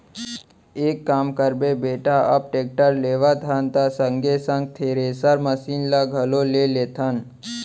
एक काम करबे बेटा अब टेक्टर लेवत हन त संगे संग थेरेसर मसीन ल घलौ ले लेथन